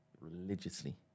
Religiously